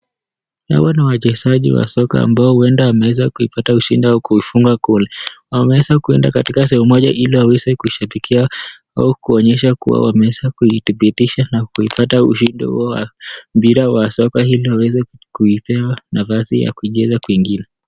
Hawa ni wachezaji wa soka ambao huenda wameweza kupata ushindi wa kufunga goli. Wameweza kwenda katika sehemu moja ili waweze kushabikia au kuonyesha kuwa wameweza kuidhibitisha na kuipata ushindi huo wa mpira wa soka ili waweze kupewa nafasi ya kucheza kwingine.